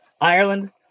Ireland